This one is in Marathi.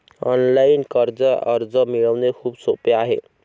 ऑनलाइन कर्ज अर्ज मिळवणे खूप सोपे आहे